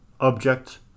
object